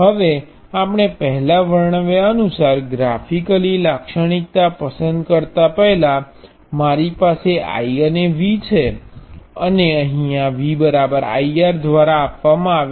હવે આપણે પહેલાં વર્ણવ્યા અનુસાર ગ્રાફિકલી લાક્ષણિકતા પસંદ કરતા પહેલા મારી પાસે I અને V છે અને અહીયા V I R દ્વારા આપવામાં આવે છે